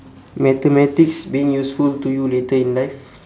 mathematics being useful to you later in life